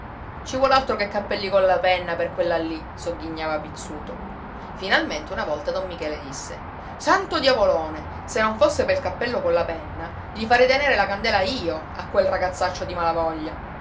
ci vuol altro che cappelli colla penna per quella lì sogghignava pizzuto finalmente una volta don michele disse santo diavolone se non fosse pel cappello colla penna gli farei tenere la candela io a quel ragazzaccio di malavoglia